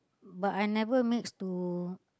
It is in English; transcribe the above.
but I never mix to